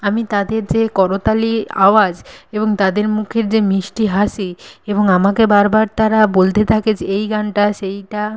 আমি তাদের যে করতালি আওয়াজ এবং তাদের মুখের যে মিষ্টি হাসি এবং আমাকে বারবার তারা বলতে থাকে যে এই গানটা সেইটা